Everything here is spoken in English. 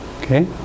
Okay